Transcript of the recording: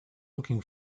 looking